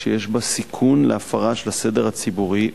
שיש בה סיכון להפרה של הסדר הציבורי,